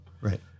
Right